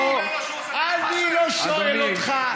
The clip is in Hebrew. אני לא שואל אותך.